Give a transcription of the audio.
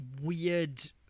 weird